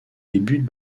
débute